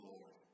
Lord